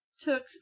took